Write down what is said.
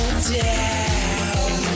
Down